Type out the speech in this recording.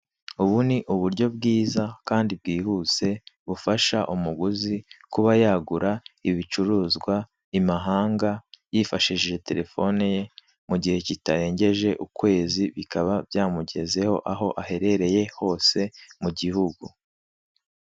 Ubu ni uburyo bwiza kandi bwihuse bufasha umuguzi kuba yagura ibicuruzwa imahanga yifashishije terefone ye mu gihe kitarengeje ukwezi bikaba byamugezeho aho aherereye hose mu gihugu.